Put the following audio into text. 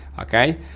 okay